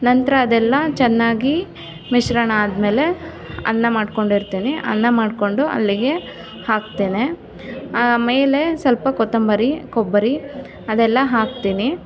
ನಂತರ ಅದೆಲ್ಲ ಚೆನ್ನಾಗಿ ಮಿಶ್ರಣ ಆದ್ಮೇಲೆ ಅನ್ನ ಮಾಡ್ಕೊಂಡಿರ್ತೇನೆ ಅನ್ನ ಮಾಡಿಕೊಂಡು ಅಲ್ಲಿಗೆ ಹಾಕ್ತೇನೆ ಆಮೇಲೆ ಸ್ವಲ್ಪ ಕೊತ್ತಂಬರಿ ಕೊಬ್ಬರಿ ಅದೆಲ್ಲ ಹಾಕ್ತೀನಿ